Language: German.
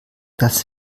das